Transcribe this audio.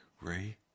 Ray